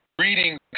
reading